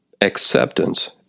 Acceptance